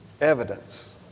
evidence